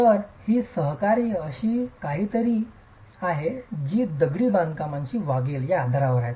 तर ही सहकार्य अशी काहीतरी आहे जी दगडी बांधकामाशी वागेल या आधारावर आहे